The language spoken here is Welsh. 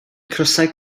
crysau